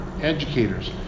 educators